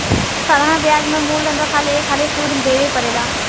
साधारण ब्याज में मूलधन पर खाली एक हाली सुध देवे परेला